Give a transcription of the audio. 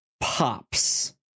pops